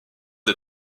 des